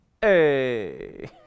Hey